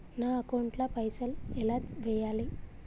నా అకౌంట్ ల పైసల్ ఎలా వేయాలి?